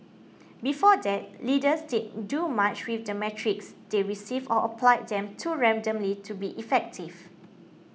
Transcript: before that leaders didn't do much with the metrics they received or applied them too randomly to be effective